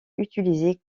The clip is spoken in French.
utilisée